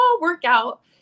workout